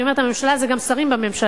כשאני אומרת הממשלה, זה גם שרים בממשלה.